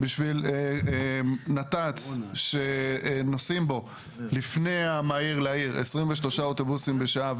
בשביל נת"צ שנוסעים בו לפני המהיר לעיר 23 אוטובוסים בשעה,